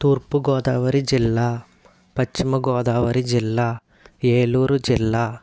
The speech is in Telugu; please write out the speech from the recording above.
తూర్పు గోదావరి జిల్లా పశ్చిమ గోదావరి జిల్లా ఏలూరు జిల్లా